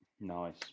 Nice